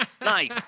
Nice